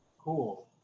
Cool